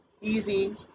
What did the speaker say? easy